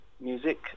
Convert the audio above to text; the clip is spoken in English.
music